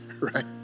right